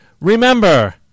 Remember